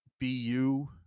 Bu